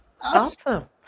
Awesome